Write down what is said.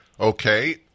Okay